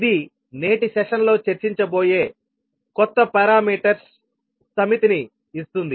ఇది నేటి సెషన్లో చర్చించబోయే కొత్త పారామీటర్స్ సమితిని ఇస్తుంది